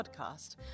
podcast